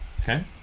okay